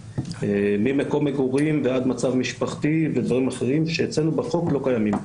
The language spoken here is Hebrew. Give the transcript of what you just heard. ממקום מגורים ועד מצב משפחתי ודברים אחרים שאצלנו בחוק לא קיימים.